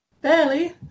Barely